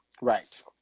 Right